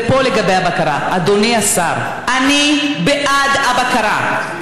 ופה, לגבי הבקרה, אדוני השר, אני בעד הבקרה.